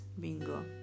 Bingo